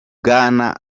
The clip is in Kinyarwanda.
bwana